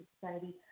society